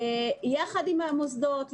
יחד עם המוסדות,